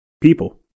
people